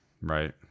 Right